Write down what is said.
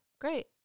great